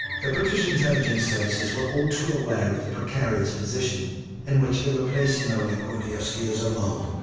the british intelligence services were all too aware of the precarious position in which they were placing oleg gordievsky as a mole.